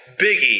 biggie